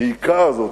המעיקה הזאת,